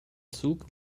zug